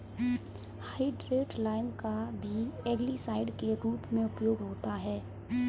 hydrated lime का भी algicide के रूप में उपयोग होता है